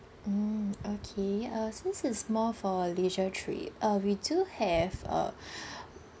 mm okay uh since it's more for leisure trip uh we do have a